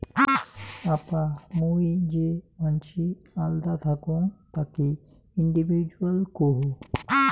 আপা মুই যে মানসি আল্দা থাকং তাকি ইন্ডিভিজুয়াল কুহ